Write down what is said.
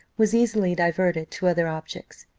was easily diverted to other objects.